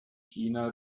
china